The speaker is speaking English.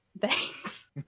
Thanks